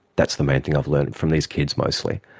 that's the main thing i've learnt from these kids mostly,